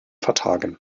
vertagen